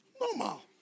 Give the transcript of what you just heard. Normal